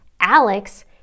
Alex